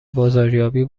بازاریابی